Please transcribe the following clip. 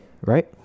right